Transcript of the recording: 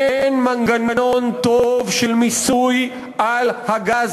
אין מנגנון טוב של מיסוי הייצוא של הגז.